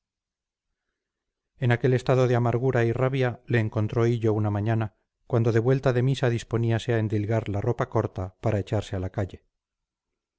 en aquel estado de amargura y rabia le encontró hillo una mañana cuando de vuelta de misa disponíase a endilgar la ropa corta para echarse a la calle